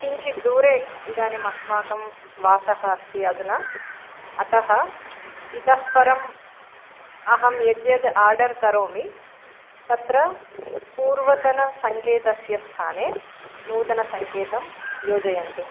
किञ्चित् दूरे इदानीम् अस्माकं वासः अस्ति अधुना अतः इतःपरम् अहं यद् यद् आर्डर् करोमि तत्र पूर्वतनं सङ्केतस्य स्थाने नूतनं सङ्केतं योजयन्तु